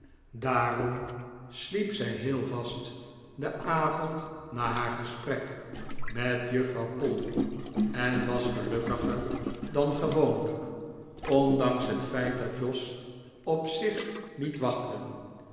daarom sliep zij heel vast den avond na haar gesprek met juffrouw polly en was gelukkiger dan gewoonlijk ondanks het feit dat jos op zich liet wachten